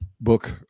book